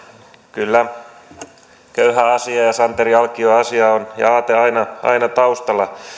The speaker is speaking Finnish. kyllä köyhän asia ja ja santeri alkion asia ja aate on aina taustalla